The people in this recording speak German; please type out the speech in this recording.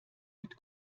mit